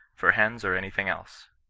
for hens or anything else.